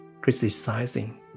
criticizing